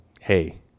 hey